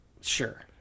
Sure